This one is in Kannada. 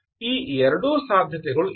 ಈ ಎರಡೂ ಸಾಧ್ಯತೆಗಳು ಇವೆ